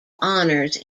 honors